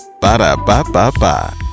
Ba-da-ba-ba-ba